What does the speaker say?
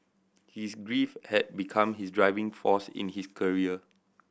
his grief had become his driving force in his career